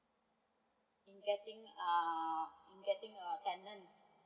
in getting uh in getting a tenant